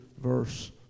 verse